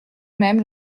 même